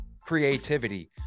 creativity